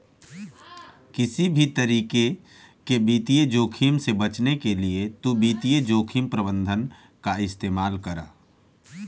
किसी भी तरीके के वित्तीय जोखिम से बचने के लिए तु वित्तीय जोखिम प्रबंधन का इस्तेमाल करअ